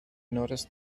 notice